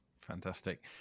Fantastic